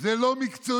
זה לא מקצועי,